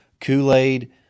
Kool-Aid